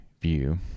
view